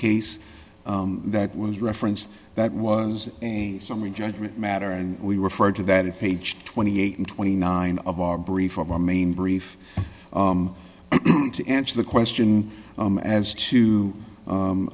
case that was referenced that was a summary judgment matter and we referred to that page twenty eight and twenty nine of our brief of our main brief to answer the question as to